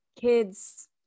kids